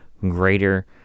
greater